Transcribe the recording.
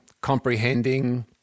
comprehending